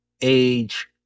age